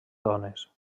dones